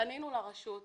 פנינו לרשות המקומית.